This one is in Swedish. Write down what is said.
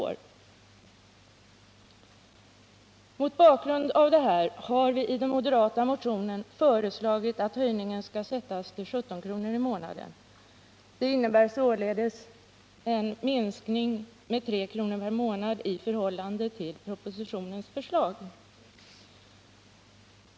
Det är bl.a. mot bakgrund av detta som vi i den moderata motionen har föreslagit att höjningen skall sättas till 17 kr. per månad, en minskning med 3 kr. per månad i förhållande till propositionens förslag.